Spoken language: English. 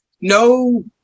no